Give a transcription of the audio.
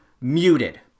Muted